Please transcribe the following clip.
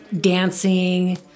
dancing